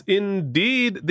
indeed